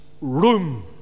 room